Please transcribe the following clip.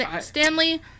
Stanley